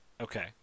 Okay